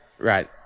Right